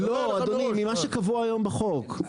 לא אדוני, ממה שקבוע היום בחוק.